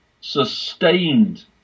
sustained